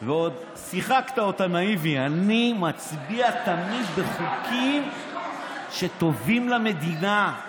ועוד שיחקת אותה נאיבי: אני מצביע תמיד בחוקים שטובים למדינה,